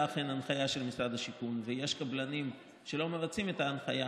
אכן הנחיה של משרד השיכון ויש קבלנים שלא מבצעים את ההנחיה,